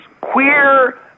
queer